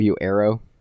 Arrow